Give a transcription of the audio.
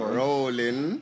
rolling